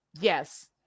yes